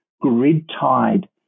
grid-tied